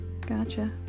Gotcha